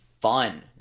fun